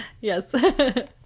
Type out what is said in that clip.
yes